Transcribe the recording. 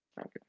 okay